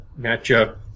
matchup